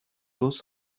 choses